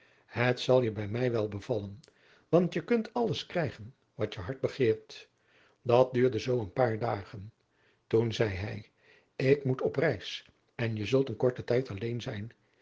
het zal je bij mij wel bevallen want je kunt alles krijgen wat je hart begeert dat duurde zoo een paar dagen toen zei hij ik moet op reis en je zult een korten tijd alleen zijn